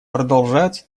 продолжаются